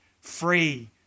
free